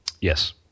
Yes